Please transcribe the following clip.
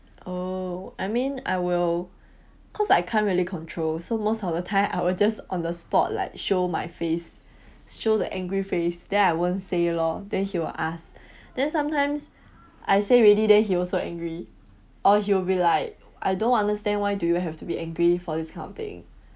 oh I mean I will cause I cant really control so most of the time I will just on the spot like show my face show the angry face then I won't say lor then he will ask then sometimes I say already then he also angry or he will be like I don't understand why do you have to be angry for this kind of thing